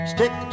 Stick